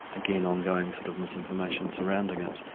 again, ongoing sort of misinformation surrounding it,